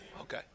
Okay